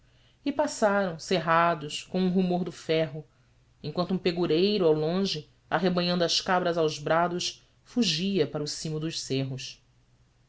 e passaram cerrados com um rumor de ferro enquanto um pegureiro ao longe arrebanhando as cabras aos brados fugia para o cimo dos cerros